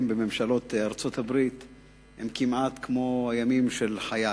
בממשלות ארצות-הברית הם כמעט כמו הימים של חיי.